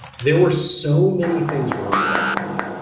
there were so many things wrong with that plane.